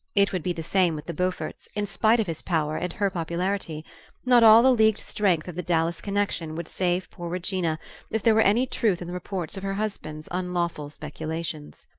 it would be the same with the beauforts, in spite of his power and her popularity not all the leagued strength of the dallas connection would save poor regina if there were any truth in the reports of her husband's unlawful speculations.